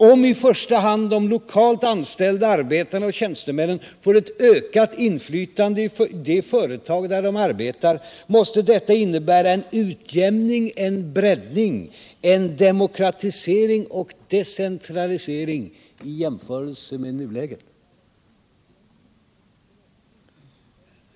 Om i första hand de lokalt anställda arbetarna och tjänstemännen får ett ökat inflytande i de företag där de arbetar, måste detta innebära en utjämning, en breddning, en demokratisering och centralisering i jämförelse med nuläget.